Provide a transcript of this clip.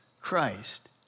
Christ